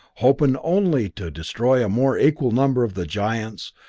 hoping only to destroy a more equal number of the giants,